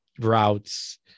routes